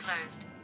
closed